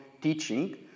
teaching